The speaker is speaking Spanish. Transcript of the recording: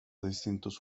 distintos